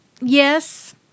Yes